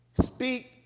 Speak